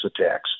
attacks